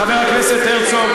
חבר הכנסת הרצוג,